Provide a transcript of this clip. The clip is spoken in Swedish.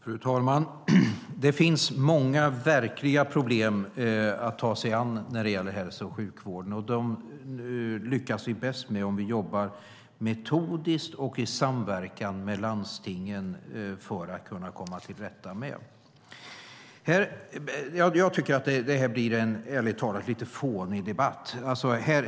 Fru talman! Det finns många verkliga problem att ta sig an när det gäller hälso och sjukvården. Vi lyckas bäst med att komma till rätta med dem om vi jobbar metodiskt och i samverkan med landstingen. Jag tycker ärligt talat att det här blir en lite fånig debatt.